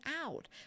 out